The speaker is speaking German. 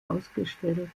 ausgestellt